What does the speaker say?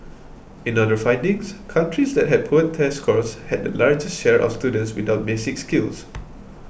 in other findings countries that had poor test scores had the largest share of students without basic skills